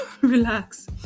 relax